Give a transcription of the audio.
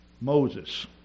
Moses